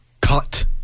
Cut